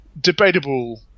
debatable